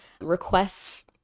requests